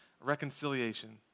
reconciliation